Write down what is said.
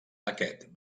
aquest